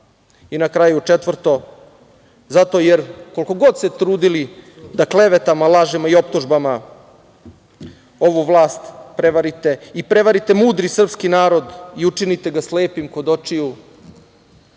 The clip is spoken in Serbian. kraju, četvrto, zato jer koliko god se trudili da klevetama, lažima i optužbama ovu vlast prevarite i prevarite mudri srpski narod i učinite ga slepim kod očiju,